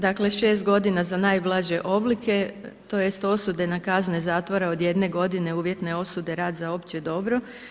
Dakle 6 godina za najblaže oblike, tj. osude na kazne zatvora od 1 godina uvjetne osude rad za opće dobro.